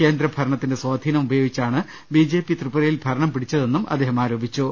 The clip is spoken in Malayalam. കേന്ദ്ര ഭരണ ത്തിന്റെ സ്വാധീനമുപയോഗിച്ചാണ് ബി ജെ പി ത്രിപുരയിൽ ഭരണം പിടിച്ചതെന്നും അദ്ദേഹം ആരോപിച്ചു